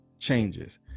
changes